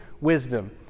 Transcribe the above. wisdom